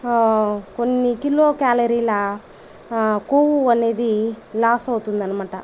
కొన్ని కిలో క్యాలరీల కొవ్వు అనేది లాస్ అవుతుందనమాట